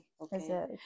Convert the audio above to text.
Okay